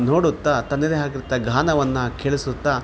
ನೋಡುತ್ತಾ ತನ್ನದೇ ಆಗಿರ್ತ ಗಾನವನ್ನು ಕೇಳಿಸುತ್ತಾ